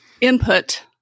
input